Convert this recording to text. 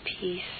peace